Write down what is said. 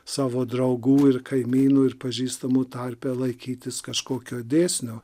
savo draugų ir kaimynų ir pažįstamų tarpe laikytis kažkokio dėsnio